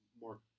more